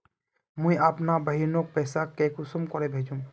मुई अपना बहिनोक पैसा कुंसम के भेजुम?